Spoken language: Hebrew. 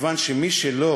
מכיוון שמי שלא